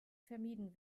vermieden